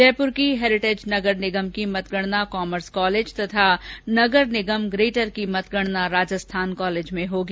जयपूर की हैरिटेज नगर निगम की मतगणना कॉमर्स कॉलेज तथा नगर निगम ग्रेटर की मतगणना राजस्थान कॉलेज में होगी